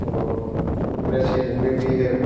और कृषि भूमि भी है